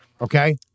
Okay